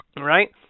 right